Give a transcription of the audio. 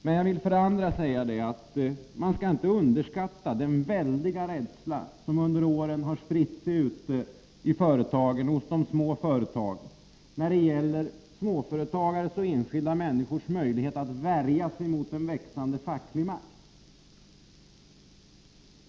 Men man skall inte underskatta — det vill jag också säga — den väldiga rädsla som under åren har spritts ute i de små företagen när det gäller småföretagares och enskilda människors möjligheter att värja sig mot en växande facklig makt.